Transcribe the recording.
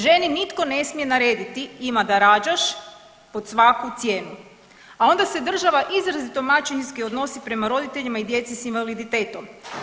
Ženi nitko ne smije narediti ima da rađaš pod svaku cijenu, a onda se država izrazito maćehinski odnosi prema roditelji i djeci s invaliditetom.